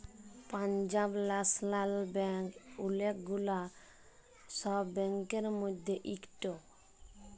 Punjab national bank ওলেক গুলা সব ব্যাংকের মধ্যে ইকটা